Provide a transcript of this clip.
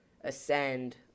ascend